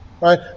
right